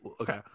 okay